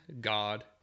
God